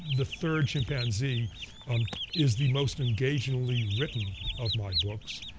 the third chimpanzee um is the most engagingly written of my books.